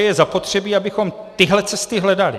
Je zapotřebí, abychom tyhle cesty hledali.